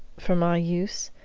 for my use?